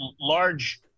large